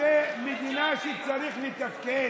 זו מדינה שצריכה לתפקד.